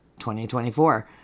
2024